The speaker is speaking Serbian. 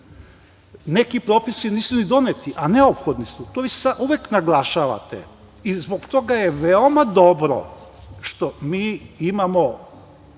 propisi nisu ni doneti, a neophodni su. To uvek naglašavate i zbog toga je veoma dobro što mi imamo